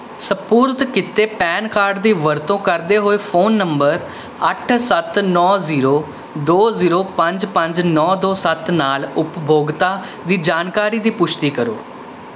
ਸਪੁਰਦ ਕੀਤੇ PAN card ਦੀ ਵਰਤੋਂ ਕਰਦੇ ਹੋਏ ਫ਼ੋਨ ਨੰਬਰ ਅੱਠ ਸੱਤ ਨੌ ਜ਼ੀਰੋ ਦੋ ਜ਼ੀਰੋ ਪੰਜ ਪੰਜ ਨੌ ਦੋ ਸੱਤ ਨਾਲ ਉਪਭੋਗਤਾ ਦੀ ਜਾਣਕਾਰੀ ਦੀ ਪੁਸ਼ਟੀ ਕਰੋ